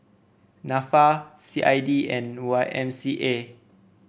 NAFA C I D and Y M C A